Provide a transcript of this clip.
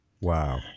Wow